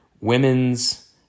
women's